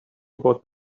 about